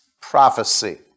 prophecy